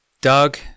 Doug